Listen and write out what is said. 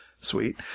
sweet